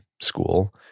school